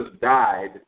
died